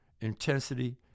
intensity